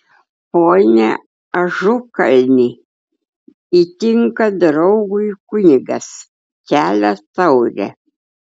pone ažukalni įtinka draugui kunigas kelia taurę